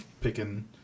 picking